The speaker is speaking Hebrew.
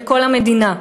לכל המדינה.